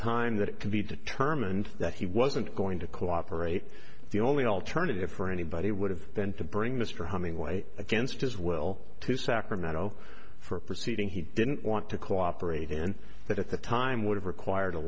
time that it can be determined that he wasn't going to cooperate the only alternative for anybody would have been to bring mr humming way against his will to sacramento for a proceeding he didn't want to cooperate and that at the time would have required a